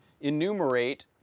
enumerate